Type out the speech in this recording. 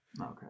okay